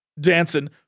dancing